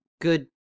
good